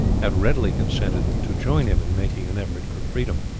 had readily consented to join him in making an effort for freedom.